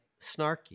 snarky